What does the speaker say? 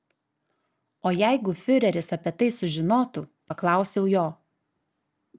o jeigu fiureris apie tai sužinotų paklausiau jo